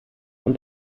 und